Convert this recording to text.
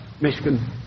Michigan